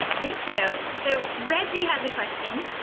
thank you. so reggie has a question.